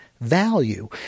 value